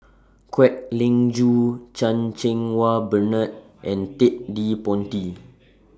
Kwek Leng Joo Chan Cheng Wah Bernard and Ted De Ponti